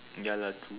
ya lah true